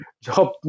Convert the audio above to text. job